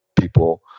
people